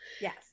Yes